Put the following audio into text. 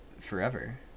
forever